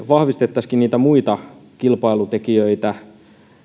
vahvistettaisiinkin niitä muita kilpailutekijöitä